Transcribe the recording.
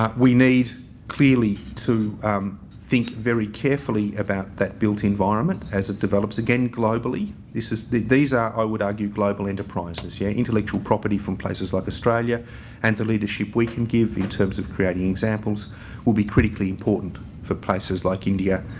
we need clearly to think very carefully about that built environment as it develops again globally. this is these are, i would argue, global enterprises, yeah. intellectual property from places like australia and the leadership we can give in terms of creating examples will be critically important for places like india,